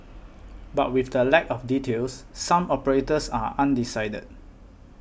but with the lack of details some of operators are undecided